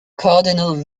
cardinal